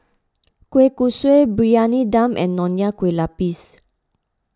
Kueh Kosui Briyani Dum and Nonya Kueh Lapis